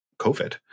COVID